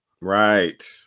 Right